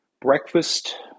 breakfast